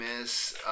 miss